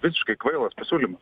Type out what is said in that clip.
visiškai kvailas pasiūlymas